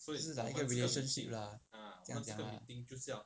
like 一个 relationship lah 这样讲 lah